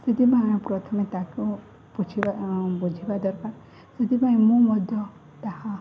ସେଥିପାଇଁ ପ୍ରଥମେ ତାକୁ ବୁଝିବା ବୁଝିବା ଦରକାର ସେଥିପାଇଁ ମୁଁ ମଧ୍ୟ ତାହା